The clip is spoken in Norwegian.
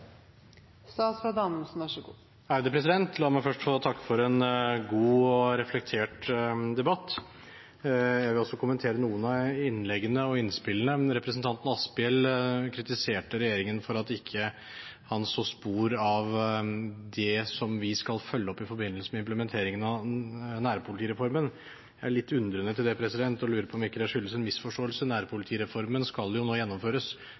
fordi han ikke så spor av det vi skal følge opp i forbindelse med implementeringen av nærpolitireformen. Jeg er litt undrende til det og lurer på om det ikke skyldes en misforståelse. Nærpolitireformen skal jo nå gjennomføres.